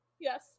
yes